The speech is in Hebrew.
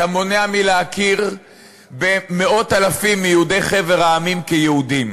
אתה מונע מלהכיר במאות-אלפים מיהודי חבר המדינות כיהודים.